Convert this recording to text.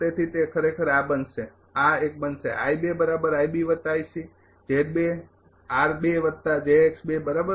તેથી તે ખરેખર આ બનશે આ એક બનશે બરાબર